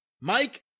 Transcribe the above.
Mike